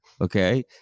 okay